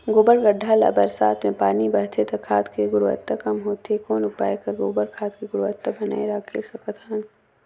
गोबर गढ्ढा ले बरसात मे पानी बहथे त खाद के गुणवत्ता कम होथे कौन उपाय कर गोबर खाद के गुणवत्ता बनाय राखे सकत हन?